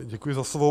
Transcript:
Děkuji za slovo.